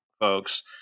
folks –